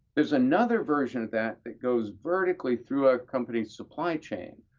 there's another version of that that goes vertically through a company's supply chain.